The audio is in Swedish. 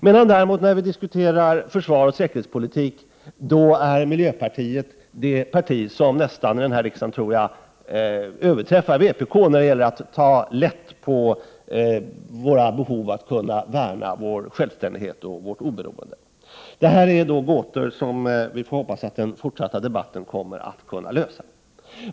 Men när vi diskuterar försvarsoch säkerhetspolitik är miljöpartiet det parti här i riksdagen som nästan överträffar vpk när det gäller att ta lätt på vårt behov av att kunna värna vår självständighet och vårt oberoende. Det här är gåtor som jag hoppas kommer att lösas i den fortsatta debatten.